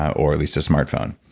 or at least a smartphone.